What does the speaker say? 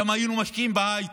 כמה היינו משקיעים בהייטק,